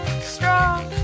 strong